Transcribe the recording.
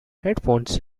headphones